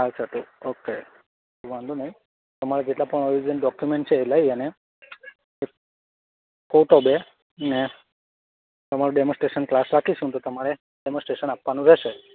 arts હતું okay વાંધો નહીં તમારા જેટલા પણ ઓરિજનલ ડોક્યુમેન્ટ છે એ લઈ અને એક તો બે ને તમારું ડેમોસ્ટ્રેશન ક્લાસ રાખીશું તો તમારે ડેમોસ્ટ્રેશન આપવાનું રહેશે